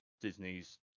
Disney's